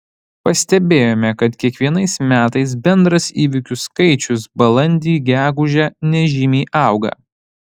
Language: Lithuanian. pastebėjome kad kiekvienais metais bendras įvykių skaičius balandį gegužę nežymiai auga